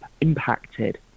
impacted